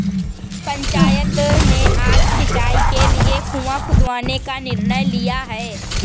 पंचायत ने आज सिंचाई के लिए कुआं खुदवाने का निर्णय लिया है